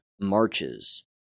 marches